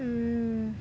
mm